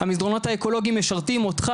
המסדרונות האקולוגיים משרתים אותך,